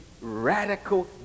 radical